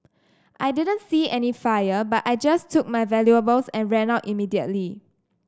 I didn't see any fire but I just took my valuables and ran out immediately